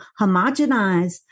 homogenize